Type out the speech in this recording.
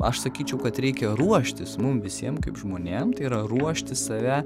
aš sakyčiau kad reikia ruoštis mum visiem kaip žmonėm tai yra ruošti save